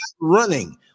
running